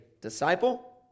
disciple